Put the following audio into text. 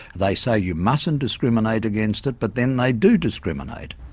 they say you mustn't discriminate against it but then they do discriminate.